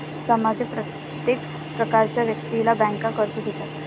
समाजातील प्रत्येक प्रकारच्या व्यक्तीला बँका कर्ज देतात